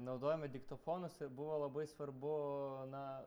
naudojome diktofonus ir buvo labai svarbu na